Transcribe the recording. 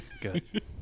Good